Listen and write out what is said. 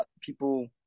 people